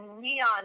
neon